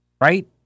right